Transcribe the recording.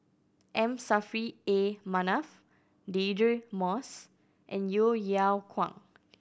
M Saffri A Manaf Deirdre Moss and Yeo Yeow Kwang